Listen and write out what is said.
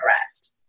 arrest